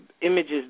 images